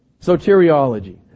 soteriology